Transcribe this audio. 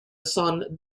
son